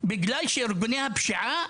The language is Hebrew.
בגלל שארגוני הפשיעה